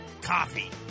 coffee